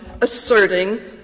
asserting